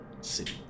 City